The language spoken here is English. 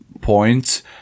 points